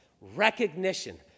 Recognition